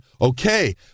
okay